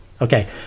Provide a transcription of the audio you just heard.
Okay